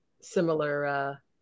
similar